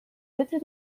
bitte